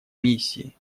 миссии